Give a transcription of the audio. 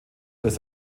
durch